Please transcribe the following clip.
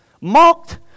mocked